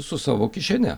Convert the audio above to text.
su savo kišene